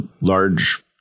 large